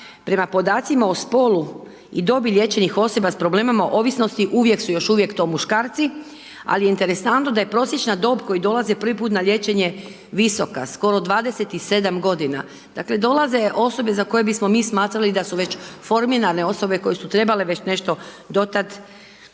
prema podacima o spolu i dobi liječenih osoba sa problemima ovisnosti uvijek su, još uvijek to muškarci ali je interesantno da je prosječna dob koji dolaze prvi put na liječenje visoka. Skoro 27 godina. Dakle dolaze osobe za koje bismo mi smatrali da su već formirane osobe koje su trebale već nešto do tada